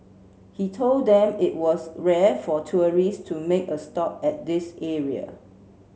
he told them that it was rare for tourists to make a stop at this area